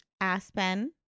Aspen